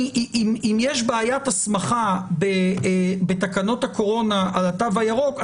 אם יש בעיית הסמכה בתקנות הקורונה על התו הירוק,